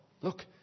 Look